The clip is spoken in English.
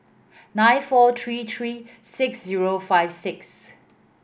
nine four three three six zero five six